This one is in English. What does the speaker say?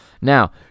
Now